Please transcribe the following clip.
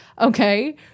Okay